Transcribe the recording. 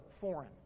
foreign